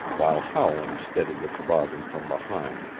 while howland steadied the toboggan from behind.